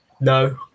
No